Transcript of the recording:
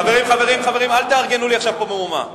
חברים, חברים, אל תארגנו לי עכשיו פה מהומה.